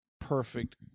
perfect